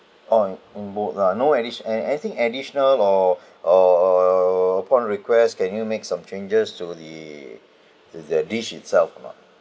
oh in in both lah no additio~ an anything additional or or err upon request can you make some changes to the to the dish itself or not